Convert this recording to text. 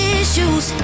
issues